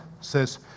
says